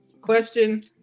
Question